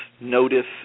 notice